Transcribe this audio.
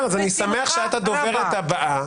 אני שמח שאת הדוברת הבאה.